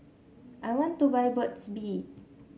I want to buy Burt's Bee